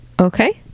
Okay